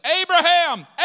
Abraham